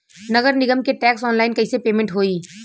नगर निगम के टैक्स ऑनलाइन कईसे पेमेंट होई?